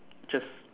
just